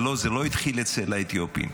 זה לא התחיל אצל האתיופים,